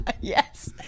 Yes